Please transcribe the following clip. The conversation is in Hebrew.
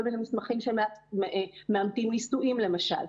כל מיני מסמכים שמאמתים נישואים למשל,